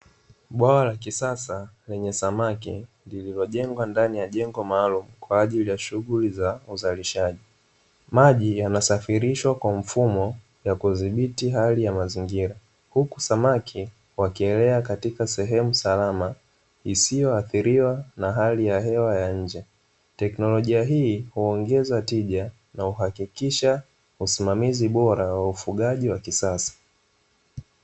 Bwawa la kisasa lenye samaki lililojengwa ndani ya jengo maalumu kwa ajili ya shughuli za uzalishaji, maji yanasafirishwa kwa mfumo wa kudhibiti hali ya mazingira huku samaki wakielea katika maji salama isiyoadhiriwa na hali ya hewa ya nje teknolojia, hii huongeza tija na kuhakikisha usimamizi bora wa ufugaji wa kisasa.